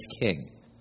king